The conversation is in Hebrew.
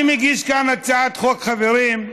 אני מגיש כאן הצעת חוק, חברים,